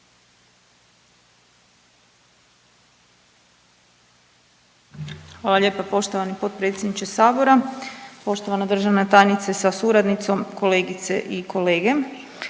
Hvala lijepa poštovani potpredsjedniče sabora. Poštovana državna tajnice sa suradnicom, kolegice i kolege,